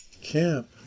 camp